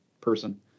person